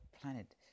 planet